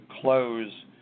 close